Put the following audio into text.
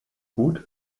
gut